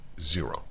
Zero